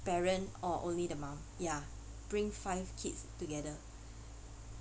parent or only the mom ya bring five kids together